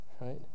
Right